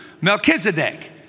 Melchizedek